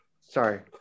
sorry